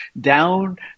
down